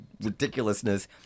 ridiculousness